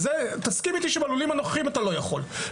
תסכים איתי שבלולים הנוכחיים אתה לא יכול.